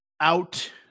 out